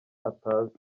atazi